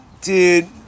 dude